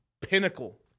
pinnacle